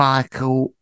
Michael